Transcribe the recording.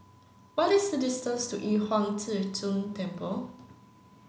what is the distance to Yu Huang Zhi Zun Temple